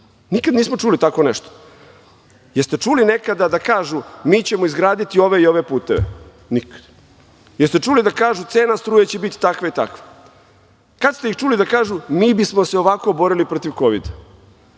Nikad nismo čuli tako nešto. Jeste li čuli nekada da kažu – mi ćemo izgraditi ove i ove puteve? Nikad. Jeste li čuli da kažu – cena struje će biti takva i takva? Kada ste ih čuli da kažu – mi bismo se ovako borili protiv kovida,